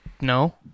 No